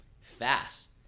fast